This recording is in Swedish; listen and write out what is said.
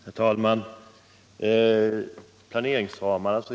Herr talman! Först ett ord om planeringsramarna.